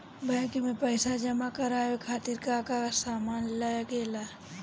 Bank में पईसा जमा करवाये खातिर का का सामान लगेला?